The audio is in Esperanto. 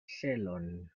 celon